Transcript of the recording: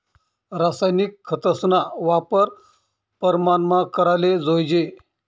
रासायनिक खतस्ना वापर परमानमा कराले जोयजे